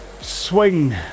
swing